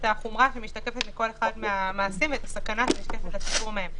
החומרה שמשתקפת מכל אחד מן המעשים ואת הסכנה שנשקפת לציבור מהם.